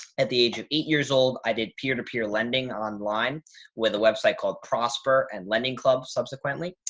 at the age of eight years old, i did peer to peer lending online with a website called prosper and lending club subsequently.